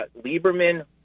Lieberman